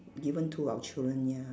given to our children ya